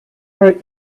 her